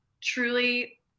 Truly